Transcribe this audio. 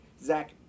Zach